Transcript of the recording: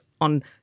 on